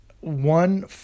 one